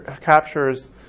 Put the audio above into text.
captures